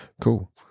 cool